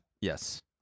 Yes